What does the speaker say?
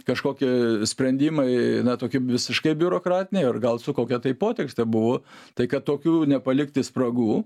kažkokie sprendimai na tokie visiškai biurokratiniai ar gal su kokia tai potekste buvo tai kad tokių nepalikti spragų